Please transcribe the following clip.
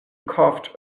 coughed